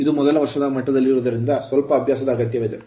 ಇದು ಮೊದಲ ವರ್ಷದ ಮಟ್ಟದಲ್ಲಿರುವುದರಿಂದ ಸ್ವಲ್ಪ ಅಭ್ಯಾಸ ದ ಅಗತ್ಯವಿದೆ